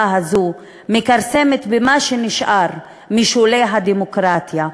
הזו מכרסמת במה שנשאר משולי הדמוקרטיה,